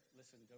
listen